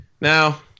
Now